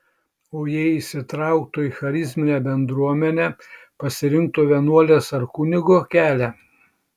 o jei įsitrauktų į charizminę bendruomenę pasirinktų vienuolės ar kunigo kelią